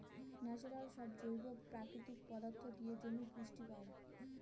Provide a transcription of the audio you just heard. natural সব জৈব প্রাকৃতিক পদার্থ দিয়ে জমি পুষ্টি পায়